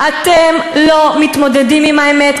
אתם לא מתמודדים עם האמת,